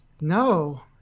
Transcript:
No